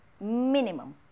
minimum